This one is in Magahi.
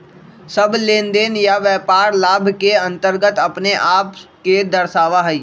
सब लेनदेन या व्यापार लाभ के अन्तर्गत अपने आप के दर्शावा हई